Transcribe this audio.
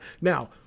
Now